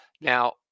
Now